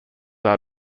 are